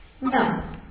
No